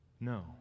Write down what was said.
No